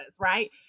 right